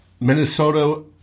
Minnesota